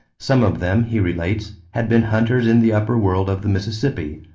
some of them, he relates, had been hunters in the upper world of the mississippi,